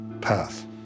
path